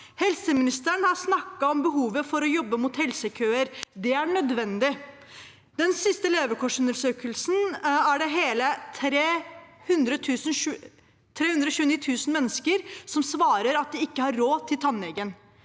Helseministeren har snakket om behovet for å jobbe imot helsekøer. Det er nødvendig. I den siste levekårsundersøkelsen er det hele 329 000 mennesker som svarer at de ikke har råd til å gå